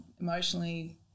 emotionally